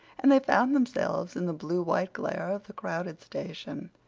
and they found themselves in the blue-white glare of the crowded station.